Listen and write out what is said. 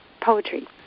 poetry